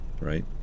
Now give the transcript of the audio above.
right